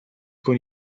con